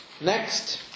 Next